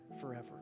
forever